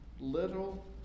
little